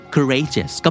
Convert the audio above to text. Courageous